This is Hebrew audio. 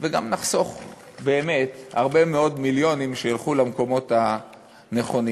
וגם נחסוך באמת הרבה מאוד מיליונים שילכו למקומות הנכונים,